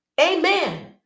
amen